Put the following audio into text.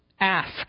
Ask